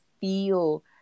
feel